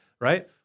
right